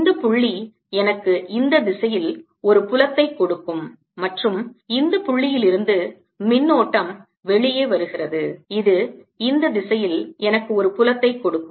இந்த புள்ளி எனக்கு இந்த திசையில் ஒரு புலத்தை கொடுக்கும் மற்றும் இந்த புள்ளியிலிருந்து மின்னோட்டம் வெளியே வருகிறது இது இந்த திசையில் எனக்கு ஒரு புலத்தை கொடுக்கும்